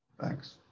thanks